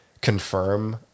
confirm